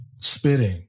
spitting